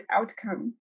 outcome